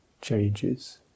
changes